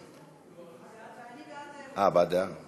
אני נגד להעביר את זה לוועדת העלייה והקליטה,